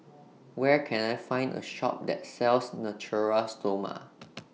Where Can I Find A Shop that sells Natura Stoma